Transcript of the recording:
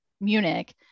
Munich